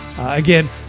again